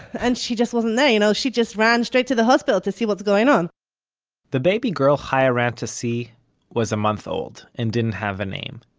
and she just wasn't there. you know she just ran straight to the hospital to see what's going on the baby girl chaya ran to see was a month old, and didn't have a name.